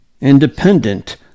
independent